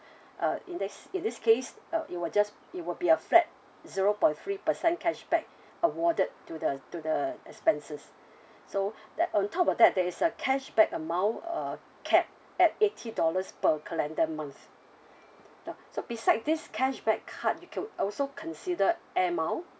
uh in this in this case uh it will just it will be a flat zero point three percent cashback awarded to the to the expenses so that on top of that there is a cashback amount uh capped at eighty dollars per calendar month ya so besides this cashback card you could also consider air mile